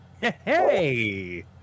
hey